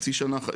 כחצי שנה.